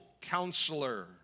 Counselor